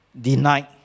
denied